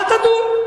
אל תדון.